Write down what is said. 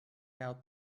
out